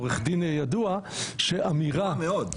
עורך דין ידוע --- ידוע מאוד.